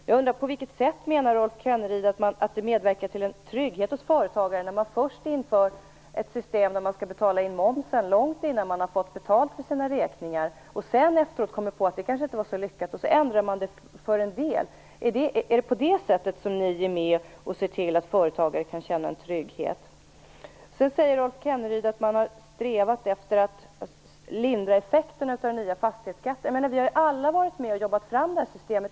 Jag undrar på vilket sätt Rolf Kenneryd menar att det medverkar till en trygghet hos företagaren när man först inför ett system där man skall betala in momsen långt innan man har fått betalt för sina räkningar och sedan efteråt kommer på att det kanske inte var så lyckat och ändrar det för en del. Är det på det sättet som ni är med och ser till att företagare kan känna trygghet. Sedan säger Rolf Kenneryd att man har strävat efter att lindra effekterna av den nya fastighetsskatten. Vi har ju alla varit med och jobbat fram det här systemet.